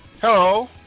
Hello